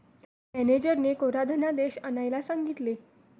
मॅनेजरने कोरा धनादेश आणायला सांगितले